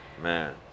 Man